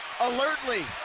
alertly